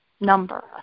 number